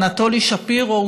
אנטולי שפירו,